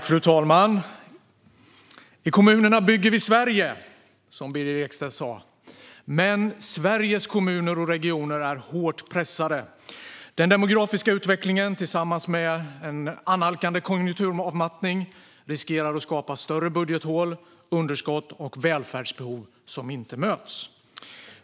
Fru talman! I kommunerna bygger vi Sverige, som Birger Ekstedt sa. Men Sveriges kommuner och regioner är hårt pressade. Den demografiska utvecklingen tillsammans med en annalkande konjunkturavmattning riskerar att skapa större budgethål, underskott och välfärdsbehov som inte möts.